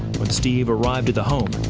when steve arrived at the home,